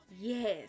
Yes